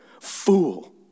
Fool